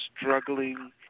struggling